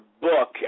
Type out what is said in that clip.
book